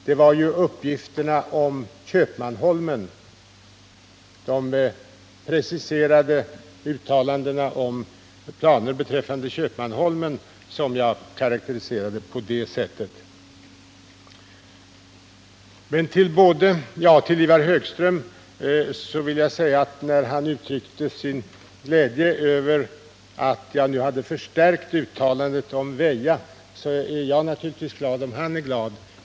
Det var ju de preciserade uttalandena om planer beträffande Köpmanholmen som jag karakteriserade på det sättet. Ivar Högström uttryckte sin glädje över att jag nu hade förstärkt uttalandet om Väja, och jag är naturligtvis glad om han är glad.